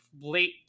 late